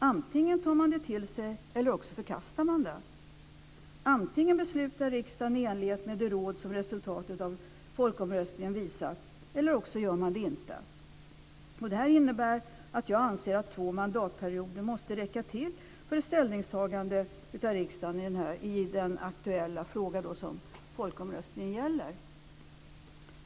Antingen tar man det till sig, eller också förkastar man det. Antingen beslutar riksdagen i enlighet med det råd som resultatet av folkomröstningen visar, eller också gör riksdagen det inte. Det innebär att jag anser att två mandatperioder måste räcka till för ett ställningstagande av riksdagen i den aktuella fråga som folkomröstningen gäller.